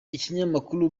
ikinyamakuru